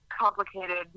complicated